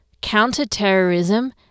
counter-terrorism